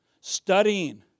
studying